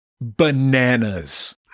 bananas